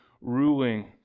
ruling